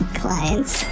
clients